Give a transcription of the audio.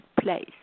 place